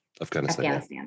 Afghanistan